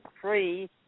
free